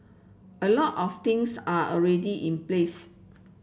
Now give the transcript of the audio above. a lot of things are already in place